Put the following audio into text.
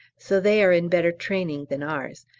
so they are in better training than ours,